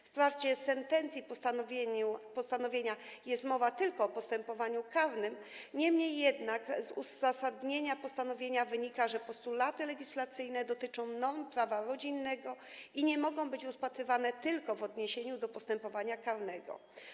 Wprawdzie w sentencji postanowienia jest mowa tylko o postępowaniu karnym, niemniej z uzasadnienia postanowienia wynika, że postulaty legislacyjne dotyczą norm prawa rodzinnego i nie mogą być rozpatrywane tylko w odniesieniu do postępowania karnego.